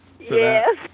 Yes